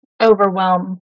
overwhelm